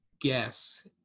guess